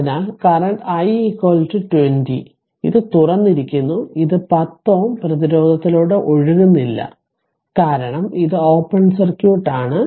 അതിനാൽ current i 20 ഇത് തുറന്നിരിക്കുന്നു ഇത് 10 Ω പ്രതിരോധത്തിലൂടെ ഒഴുകുന്നില്ല കാരണം ഇത് ഓപ്പൺ സർക്യൂട്ട് ആണ്